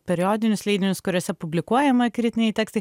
periodinius leidinius kuriuose publikuojama kritiniai tekstai